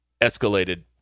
escalated